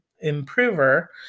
improver